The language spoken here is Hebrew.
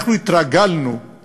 אנחנו התרגלנו,